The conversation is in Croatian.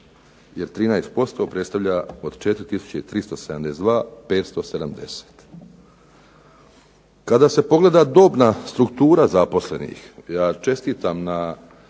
jer 13% predstavlja od 4372 570. Kada se pogleda dobna struktura zaposlenih, ja čestitam na